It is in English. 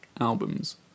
albums